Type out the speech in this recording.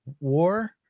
war